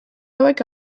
hauek